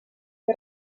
que